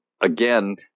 Again